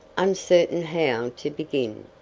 uncertain how to begin.